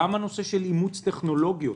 גם נושא של אימוץ טכנולוגיות.